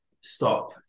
stop